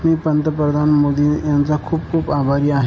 मी पंतप्रधान श्री मोदी यांचे खूप खूप आभारी आहे